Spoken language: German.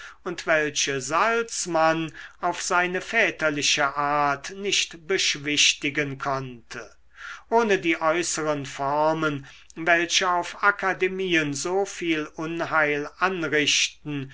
und welche salzmann auf seine väterliche art nicht beschwichtigen konnte ohne die äußeren formen welche auf akademien so viel unheil anrichten